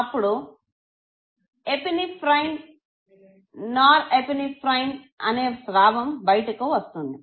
అప్పుడు epinephrine norepinephrine అనే స్రావం బయటకు వష్తుంది